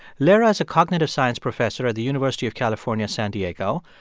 lera is a cognitive science professor at the university of california, san diego.